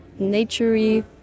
naturey